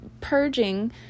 purging